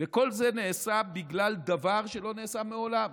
וכל זה נעשה בגלל דבר שלא נעשה מעולם.